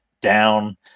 down